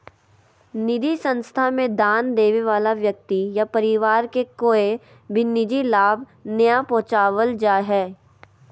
निधि संस्था मे दान देबे वला व्यक्ति या परिवार के कोय भी निजी लाभ नय पहुँचावल जा हय